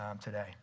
today